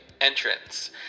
entrance